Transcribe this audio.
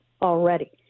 already